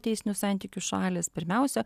teisinių santykių šalys pirmiausia